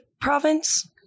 province